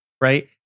Right